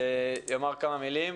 יאמר כמה מלים.